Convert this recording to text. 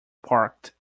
parked